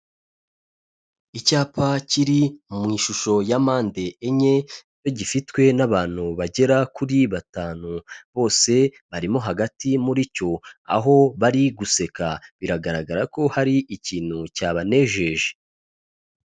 Icyapa kiri mu ishusho ya mpande enye, gifitwe n'abantu bagera kuri batanu, bose barimo hagati muri cyo aho bari guseka, biragaragara ko hari ikintu cyabanejeje.